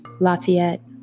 Lafayette